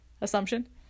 assumption